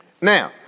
Now